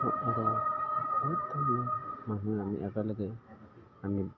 আৰু বহুত ধৰণৰ মানুহে আমি একেলগে আমি